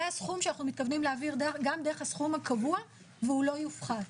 הסכום שאנחנו מתכוונים להעביר גם דרך הסכום הקבוע והוא לא יופחת.